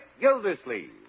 Gildersleeve